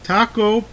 Taco